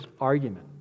argument